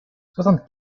soixante